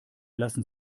lassen